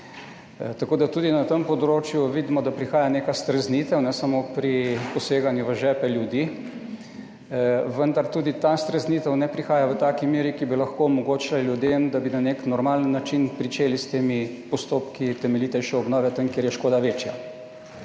Tako da tudi na tem področju vidimo, da prihaja neka streznitev, ne samo pri poseganju v žepe ljudi, vendar tudi ta streznitev ne prihaja v taki meri, ki bi lahko omogočila ljudem, da bi na nek normalen način pričeli s temi postopki temeljitejše obnove tam, kjer je škoda večja.